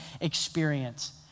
experience